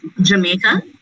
Jamaica